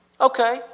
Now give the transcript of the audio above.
Okay